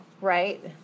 right